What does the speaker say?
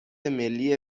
ملی